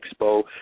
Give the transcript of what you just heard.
Expo